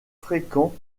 fréquent